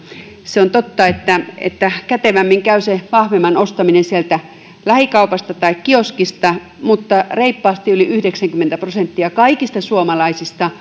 se on totta että että kätevämmin käy se vahvemman ostaminen sieltä lähikaupasta tai kioskista mutta reippaasti yli yhdeksänkymmentä prosenttia kaikista suomalaisista